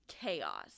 chaos